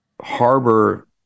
harbor